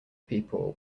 people